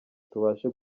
tubashe